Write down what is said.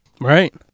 Right